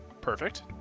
perfect